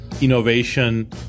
innovation